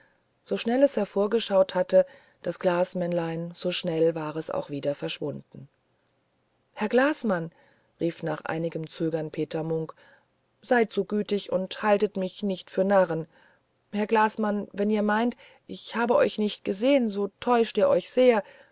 so schnell es hervorgeschaut hatte das glasmännlein so schnell war es auch wieder verschwunden herr glasmann rief nach einigem zögern peter munk seid so gütig und haltet mich nicht für narren herr glasmann wenn ihr meint ich habe euch nicht gesehen so täuschet ihr euch sehr